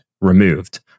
removed